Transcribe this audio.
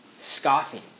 scoffing